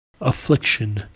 Affliction